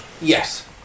Yes